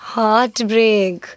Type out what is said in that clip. Heartbreak